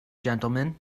gentlemen